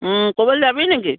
ক'ৰবালৈ যাবি নেকি